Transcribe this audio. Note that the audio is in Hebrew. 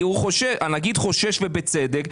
הנגיד חושש ובצדק,